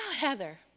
Heather